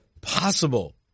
possible